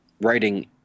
writing